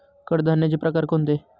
कडधान्याचे प्रकार कोणते?